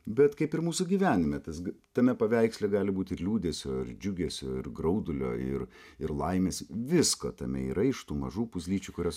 bet kaip ir mūsų gyvenime tas tame paveiksle gali būt ir liūdesio ir džiugesio ir graudulio ir ir laimės visko tame yra iš tų mažų puzlyčių kurios